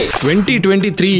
2023